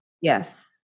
Yes